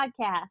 podcast